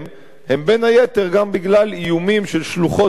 הם בין היתר גם בגלל איומים של שלוחות אירניות